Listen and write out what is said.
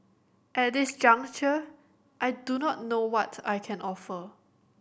at this juncture I do not know what I can offer